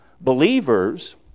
Believers